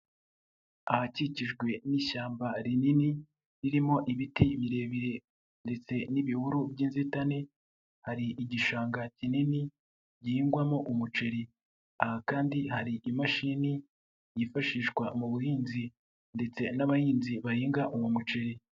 Ahakikijwe n'ishyamba rinini ririmo ibiti birebire ndetse n'ibihuru by'inzitane hari igishanga kinini gihingwamo umuceri, aha kandi hari imashini yifashishwa mu buhinzi ndetse n'abahinzi bahinga uwo muceri.